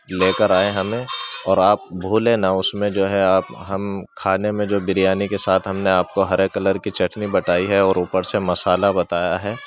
لے کر آئیں ہمیں اور آپ بھولے نا اس میں جو ہے آپ ہم کھانے میں جو بریانی کے ساتھ ہم نے آپ کو ہرے کلر کی چٹنی بتائی ہے اور اوپر سے مسالہ بتایا ہے